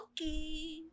Okay